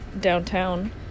downtown